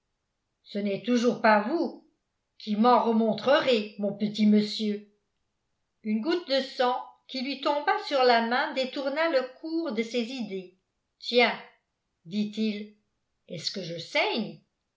ce n'est toujours pas vous qui m'en remontrerez mon petit monsieur une goutte de sang qui lui tomba sur la main détourna le cours de ses idées tiens dit-il est-ce que je saigne